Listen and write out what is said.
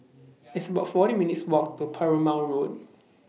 It's about forty minutes' Walk to Perumal Road